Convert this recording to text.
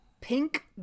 Pink